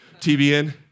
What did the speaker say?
TBN